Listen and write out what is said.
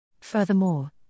Furthermore